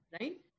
right